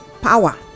power